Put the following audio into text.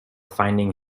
finding